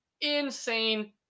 Insane